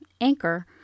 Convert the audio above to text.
Anchor